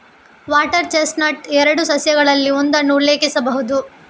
water chestnut ಎರಡು ಸಸ್ಯಗಳಲ್ಲಿ ಒಂದನ್ನು ಉಲ್ಲೇಖಿಸಬಹುದು